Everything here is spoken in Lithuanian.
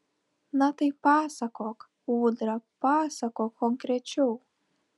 na tai pasakok ūdra pasakok konkrečiau